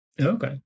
Okay